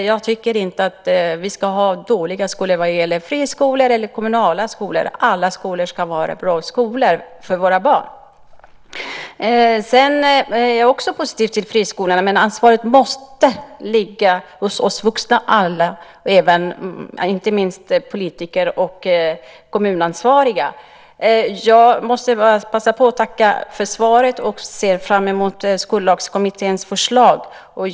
Jag tycker inte att vi ska ha dåliga skolor, vare sig det är friskolor eller kommunala skolor. Alla skolor ska vara bra skolor för våra barn. Jag är också positiv till friskolorna, men ansvaret måste ligga hos alla oss vuxna, inte minst politiker och kommunansvariga. Jag vill passa på att tacka för svaret och ser fram emot Skollagskommitténs förslag.